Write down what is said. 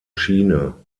schiene